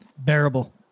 bearable